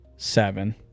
seven